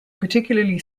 particularly